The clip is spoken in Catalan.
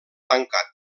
tancat